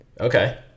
Okay